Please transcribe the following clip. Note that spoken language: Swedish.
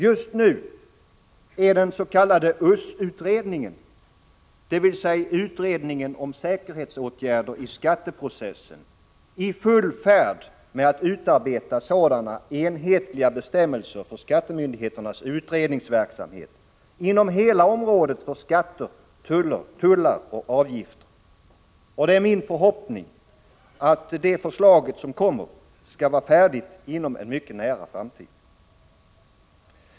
Just nu är den s.k. USS-utredningen, dvs. utredningen om säkerhetsåtgärder i skatteprocessen, i full färd med att utarbeta sådana enhetliga bestämmelser för skattemyndigheternas utredningsverksamhet inom hela området för skatter, tullar och avgifter. Det är min förhoppning att detta förslag skall vara färdigt inom en mycket nära framtid.